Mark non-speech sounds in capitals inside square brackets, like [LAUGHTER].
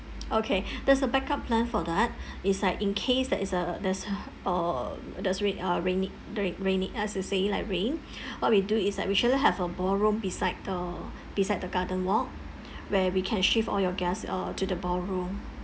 okay [BREATH] there's a backup plan for that is like in case there is a there's [NOISE] uh there's rai~ uh raini~ during rainy as you saying like rain [BREATH] what we do is that we shall have a ballroom beside the beside the garden walk where we can shift all your guests uh to the ballroom